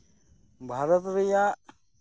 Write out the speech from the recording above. ᱵᱷᱟᱨᱚᱛ ᱨᱮᱭᱟᱜ